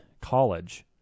college